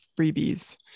freebies